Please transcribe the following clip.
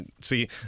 See